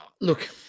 look